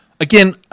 again